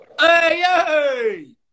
Hey